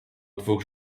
dwóch